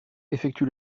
effectue